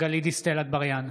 גלית דיסטל אטבריאן,